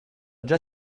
già